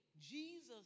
Jesus